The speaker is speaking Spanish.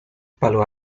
palo